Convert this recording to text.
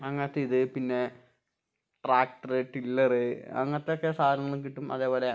അങ്ങനത്തെയിത് പിന്നെ tractor tiller അങ്ങനത്തെയൊക്കെ സാധനങ്ങളും കിട്ടും അതേപോലെ